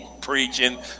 preaching